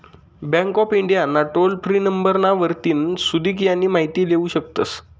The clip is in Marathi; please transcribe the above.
बँक ऑफ इंडिया ना टोल फ्री ना नंबर वरतीन सुदीक यानी माहिती लेवू शकतस